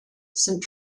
saint